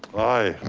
aye.